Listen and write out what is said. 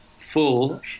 full